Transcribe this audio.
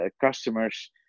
customers